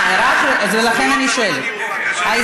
לכן, אני שואלת.